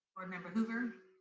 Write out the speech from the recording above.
board member hoover.